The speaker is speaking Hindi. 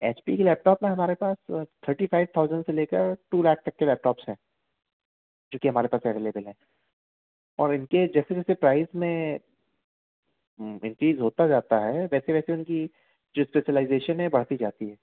एच पी की लैपटॉप में हमारे पास थर्टी फाइव थाउजेंड से लेकर टू लाख तक के लैपटॉपस हैं जो कि हमारे पास अवैलेबल हैं और इनके जैसे जैसे प्राइस में इंक्रीज़ होता जाता है वैसे वैसे उनकी जो स्पेशलाईज़ेशन बढ़ती जाती हैं